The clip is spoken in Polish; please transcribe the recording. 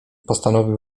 postanowił